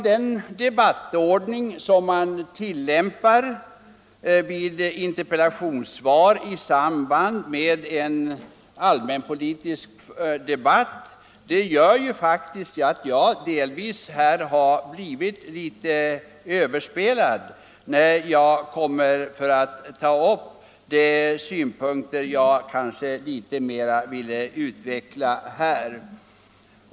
Den debattordning som tillämpas vid interpellationssvar i samband med en allmänpolitisk debatt gör att jag delvis har blivit överspelad, när jag nu här litet närmare skall utveckla mina synpunkter.